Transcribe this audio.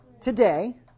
today